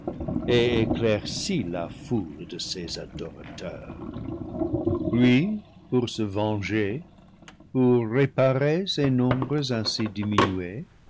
éclairci la foule de ses adorateurs lui pour se venger pour réparer ses nombres ainsi